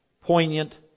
poignant